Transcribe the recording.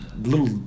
little